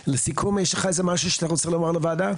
לסיכום יש לך איזה משהו שאתה רוצה לומר לוועדה?